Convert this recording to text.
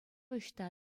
ӑҫта